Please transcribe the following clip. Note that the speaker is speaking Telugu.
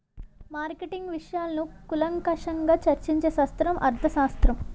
మార్కెటింగ్ విషయాలను కూలంకషంగా చర్చించే శాస్త్రం అర్థశాస్త్రం